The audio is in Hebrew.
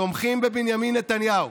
תומכים בבנימין נתניהו,